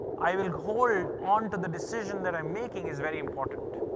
i will hold on to the decision that i'm making is very important.